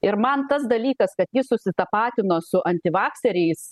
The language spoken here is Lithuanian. ir man tas dalykas kad jis susitapatino su antivakseriais